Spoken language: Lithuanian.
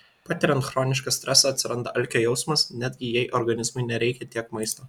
patiriant chronišką stresą atsiranda alkio jausmas netgi jei organizmui nereikia tiek maisto